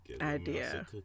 idea